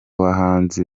bahanzi